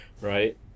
right